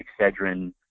Excedrin